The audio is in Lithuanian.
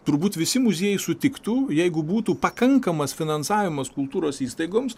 turbūt visi muziejai sutiktų jeigu būtų pakankamas finansavimas kultūros įstaigoms